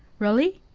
really?